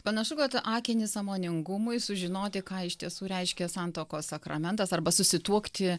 panašu kad tu akini sąmoningumui sužinoti ką iš tiesų reiškia santuokos sakramentas arba susituokti